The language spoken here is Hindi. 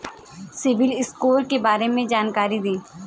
सिबिल स्कोर के बारे में जानकारी दें?